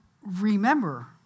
Remember